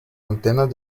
antenas